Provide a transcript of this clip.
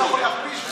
לא יכול להכפיש,